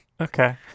Okay